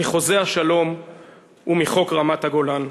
מחוזה השלום ומחוק רמת-הגולן".